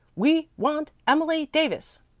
we want emily davis.